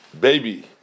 baby